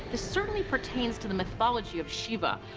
this certainly pertains to the mythology of shiva,